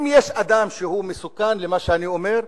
אם יש אדם שהוא מסוכן למה שאני אומר,